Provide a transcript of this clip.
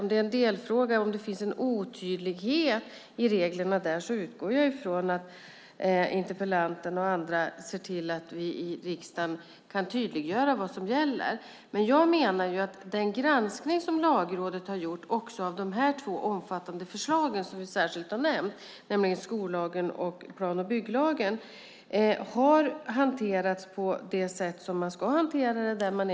Om det är en delfråga om det finns en otydlighet i reglerna där utgår jag ifrån att interpellanten och andra ser till att vi i riksdagen kan tydliggöra vad som gäller. Jag menar dock att den granskning som Lagrådet har gjort, också av de två omfattande förslag som vi särskilt har nämnt - skollagen och plan och bygglagen - har hanterats på det sätt man ska hantera det.